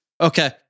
Okay